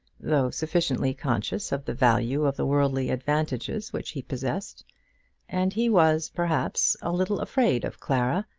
though sufficiently conscious of the value of the worldly advantages which he possessed and he was, perhaps, a little afraid of clara,